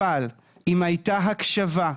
אבל אם הייתה הקשבה,